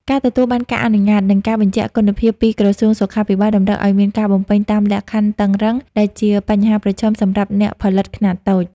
ការទទួលបានការអនុញ្ញាត និងការបញ្ជាក់គុណភាពពីក្រសួងសុខាភិបាលតម្រូវឱ្យមានការបំពេញតាមលក្ខខណ្ឌតឹងរ៉ឹង ដែលជាបញ្ហាប្រឈមសម្រាប់អ្នកផលិតខ្នាតតូច។